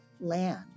land